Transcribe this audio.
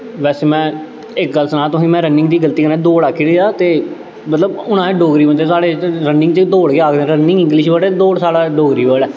वैसे में इक गल्ल सनांऽ तुसें गी में रन्निंग दी गल्ती कन्नै दौड़ आखी ओड़ेआ ते मतलब हून अस डोगरी बंदे साढ़े च रन्निंग च दौड़ गै आखदे रन्निंग इंग्लिश वर्ड ऐ दौड़ साढ़ा डोगरी वर्ड ऐ